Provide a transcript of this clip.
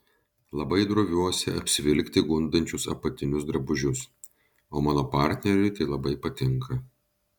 labai droviuosi apsivilkti gundančius apatinius drabužius o mano partneriui tai labai patinka